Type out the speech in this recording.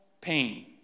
pain